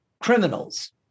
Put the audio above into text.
criminals